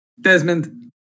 Desmond